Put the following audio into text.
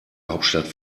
hauptstadt